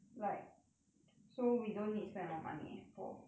so we don't need spend a lot of money right